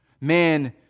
Man